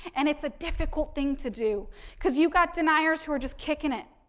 and, it's a difficult thing to do because you've got deniers who are just kicking it,